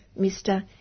Mr